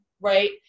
right